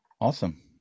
Awesome